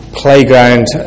playground